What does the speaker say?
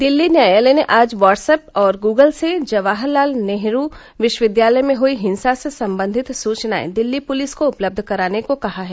दिल्ली न्यायालय ने आज व्हाट्स एप और गूगल से जवाहर लाल नेहरू विश्वविद्यालय में हुई हिंसा से संबंधित सूचनाए दिल्ली पुलिस को उपलब्ध कराने को कहा है